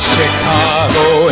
Chicago